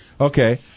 Okay